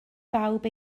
bawb